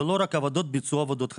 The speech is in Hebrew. זה לא רק עבודות ביצוע עבודות חשמל.